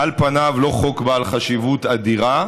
הוא, על פניו, לא חוק בעל חשיבות אדירה,